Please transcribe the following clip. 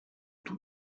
tout